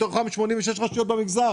מתוכן 86 רשויות במגזר,